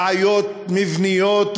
בעיות מבניות,